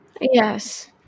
Yes